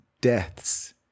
deaths